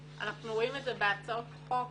הכנסת, אנחנו רואים את זה בהצעות חוק